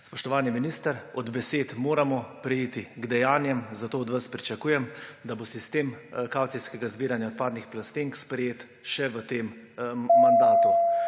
Spoštovani minister, od besed moramo preiti k dejanjem. Zato od vas pričakujem, da bo sistem kavcijskega zbiranja odpadnih plastenk sprejet še v tem mandatu.